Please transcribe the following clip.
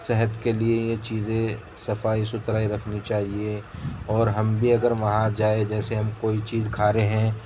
صحت کے لیے یہ چیزیں صفائی ستھرائی رکھنی چاہیے اور ہم بھی اگر وہاں جائیں جیسے ہم کوئی چیز کھا رہے ہیں